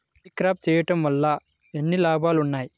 ఈ క్రాప చేయుట వల్ల ఎన్ని లాభాలు ఉన్నాయి?